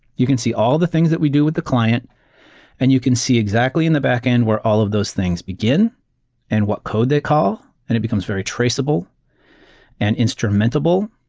you can see all the things that we do with the client and you can see exactly in the backend where all of those things begin and what code they call, and it becomes very traceable and instrumentable.